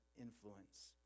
influence